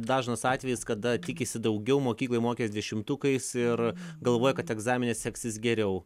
dažnas atvejis kada tikisi daugiau mokykloj mokės dešimtukais ir galvoja kad egzamine seksis geriau